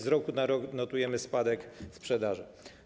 Z roku na rok notujemy spadek sprzedaży.